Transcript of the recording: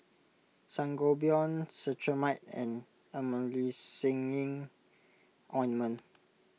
where is Jalan Sinar Bintang